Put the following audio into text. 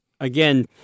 again